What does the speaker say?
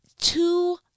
Two